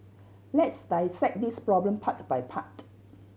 let's dissect this problem part by part